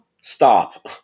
stop